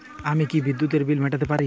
আমি কি বিদ্যুতের বিল মেটাতে পারি?